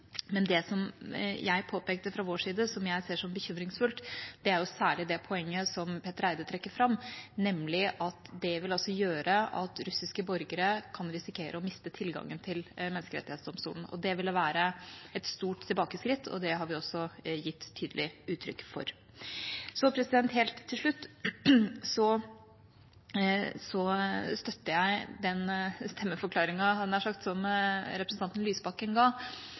men det jeg påpekte fra vår side, som jeg ser som bekymringsfullt, er særlig det poenget som Petter Eide trekker fram, nemlig at det vil gjøre at russiske borgere kan risikere å miste tilgangen til Menneskerettighetsdomstolen. Det ville være et stort tilbakeskritt, og det har vi også gitt tydelig uttrykk for. Helt til slutt: Jeg støtter den stemmeforklaringen – hadde jeg nær sagt – som representanten Lysbakken ga.